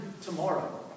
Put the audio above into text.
tomorrow